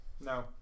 No